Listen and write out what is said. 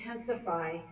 intensify